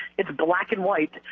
it's black and white.